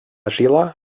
žila